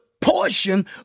portion